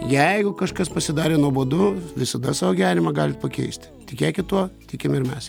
jeigu kažkas pasidarė nuobodu visada savo gyvenimą galit pakeisti tikėkit tuo tikim ir mes